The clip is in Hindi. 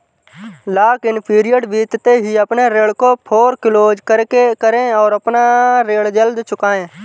लॉक इन पीरियड बीतते ही अपने ऋण को फोरेक्लोज करे और अपना ऋण जल्द चुकाए